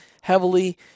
heavily